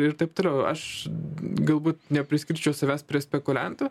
ir taip toliau aš galbūt nepriskirčiau savęs prie spekuliantų